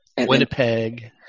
Winnipeg